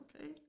okay